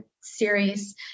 series